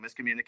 miscommunication